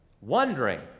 wondering